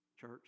Church